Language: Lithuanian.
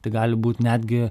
tai gali būt netgi